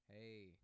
Hey